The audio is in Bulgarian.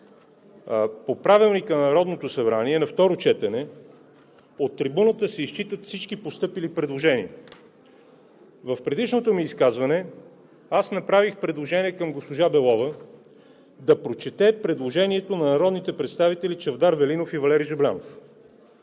По Правилника на Народното събрание на второ четене от трибуната се изчитат всички постъпили предложения. В предишното ми изказване аз направих предложение към госпожа Белова да прочете предложението на народните представители Чавдар Велинов и Валери Жаблянов,